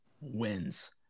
wins